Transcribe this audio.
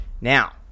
now